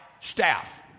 staff